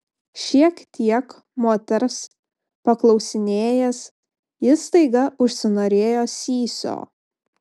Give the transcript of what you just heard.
šiek tiek moters paklausinėjęs jis staiga užsinorėjo sysio